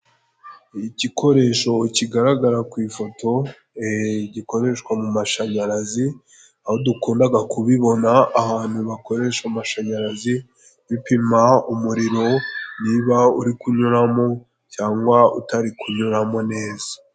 Igikoresho kigaragara ku ifoto gikoreshwa mu mashanyarazi, aho dukundaga kubibona ahantu bakoresha amashanyarazi, bipima umuriro niba uri kunyuramo cyangwa utari kunyuramo neza.